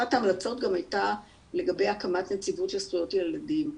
אחת ההמלצות גם הייתה לגבי הקמת נציבות של זכויות ילדים.